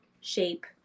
shape